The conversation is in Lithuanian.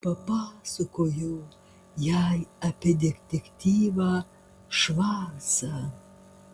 papasakojau jai apie detektyvą švarcą